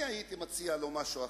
אני הייתי מציע לו משהו אחר.